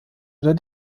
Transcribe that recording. oder